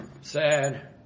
Sad